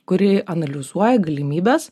kuri analizuoja galimybes